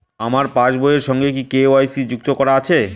আমার পাসবই এর সঙ্গে কি কে.ওয়াই.সি যুক্ত করা আছে?